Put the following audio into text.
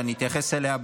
ואני אתייחס אליה בהמשך.